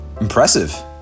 impressive